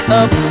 up